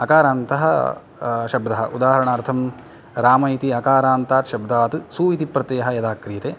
अकारान्तः शब्दः उदाहरणार्थं राम इति अकारान्तात् शब्दात् सु इति प्रत्ययः यदा क्रियते